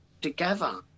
together